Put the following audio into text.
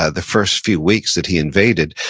ah the first few weeks that he invaded,